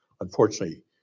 Unfortunately